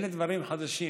אלה דברים חדשים